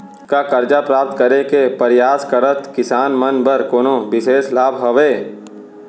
का करजा प्राप्त करे के परयास करत किसान मन बर कोनो बिशेष लाभ हवे?